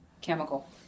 chemical